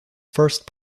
first